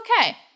okay